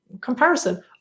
comparison